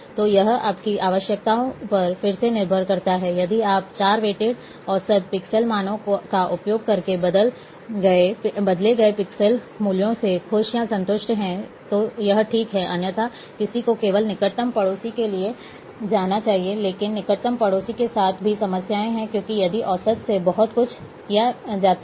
तो यह आपकी आवश्यकताओं पर फिर से निर्भर करता है यदि आप 4 वेटेड औसत पिक्सेल मानों का उपयोग करके बदल गए पिक्सेल मूल्य से खुश या संतुष्ट हैं तो यह ठीक है अन्यथा किसी को केवल निकटतम पड़ोसी के लिए जाना चाहिए लेकिन निकटतम पड़ोसी के साथ भी समस्याएं हैं क्योंकि यदि औसत से बहुत कुछ किया जाता है